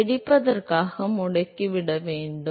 பிடிப்பதற்காக முடுக்கிவிட வேண்டும்